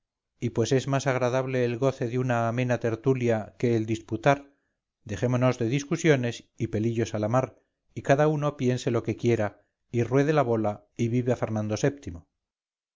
y pues es más agradable el goce de una amena tertulia que el disputar dejémonos de discusiones y pelillos a la mar y cada uno piense lo que quiera y ruede la bola y viva fernando